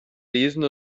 lesen